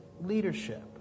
leadership